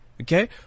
Okay